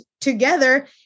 together